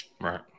Right